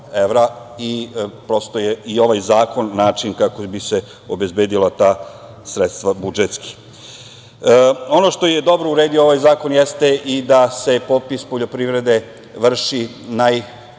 i prosto je i ovaj zakon način kako bi se obezbedila ta sredstva budžetski. Ono što je dobro uredio ovaj zakon jeste i da se popis poljoprivrede vrši najkasnije